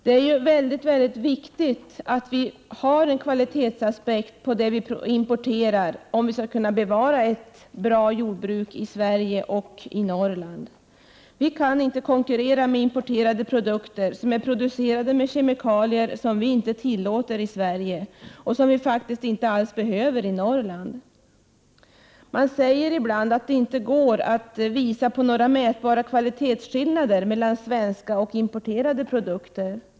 Det är mycket viktigt att vi har en kvalitetsaspekt på det vi importerar, om vi skall kunna bevara ett bra Prot. 1988/89:127 jordbruk i Sverige och i Norrland. Vi kan inte konkurrera med importerade 2 juni 1989 produkter som är producerade med hjälp av kemikalier som vi inte tillåter i Sverige och som vi faktiskt inte alls behöver i Norrland. Det sägs ibland att det inte går att visa på mätbara kvalitetsskillnader mellan svenska och importerade produkter.